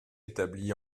établi